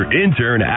intern